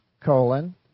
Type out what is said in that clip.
colon